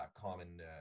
common